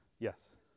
Yes